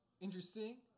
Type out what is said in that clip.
Interesting